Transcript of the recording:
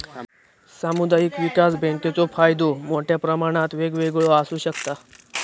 सामुदायिक विकास बँकेचो फायदो मोठ्या प्रमाणात वेगवेगळो आसू शकता